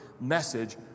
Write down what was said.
message